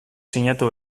sinatu